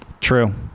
True